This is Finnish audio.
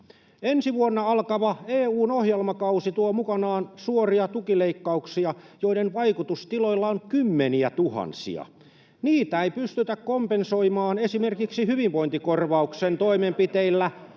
Ensi vuonna alkava EU:n ohjelmakausi tuo mukanaan suoria tukileikkauksia, joiden vaikutus tiloilla on kymmeniätuhansia. Niitä ei pystytä kompensoimaan esimerkiksi hyvinvointikorvauksen toimenpiteillä.